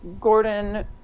Gordon